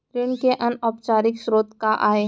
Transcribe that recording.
ऋण के अनौपचारिक स्रोत का आय?